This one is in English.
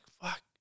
fuck